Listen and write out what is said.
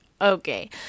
okay